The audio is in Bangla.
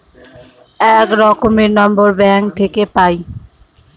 এক রকমের নম্বর ব্যাঙ্ক থাকে পাই